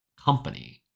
company